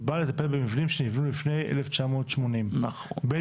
היא באה לטפל במבנים שנבנו לפני 1980. בין